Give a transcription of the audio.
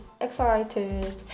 excited